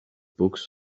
books